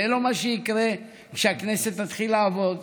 זה לא מה שיקרה כשהכנסת תתחיל לעבוד.